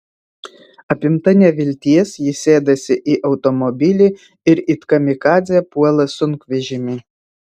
apimta nevilties ji sėdasi į automobilį ir it kamikadzė puola sunkvežimį